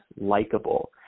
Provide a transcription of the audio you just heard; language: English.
likable